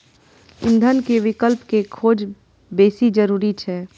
ईंधन के विकल्प के खोज बेसी जरूरी छै